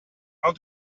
how